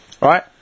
Right